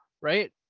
right